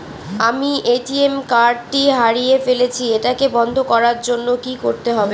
আমি ATM card টি হারিয়ে ফেলেছি এটাকে বন্ধ করার জন্য কি করতে হবে?